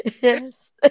Yes